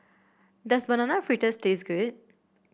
does Banana Fritters taste good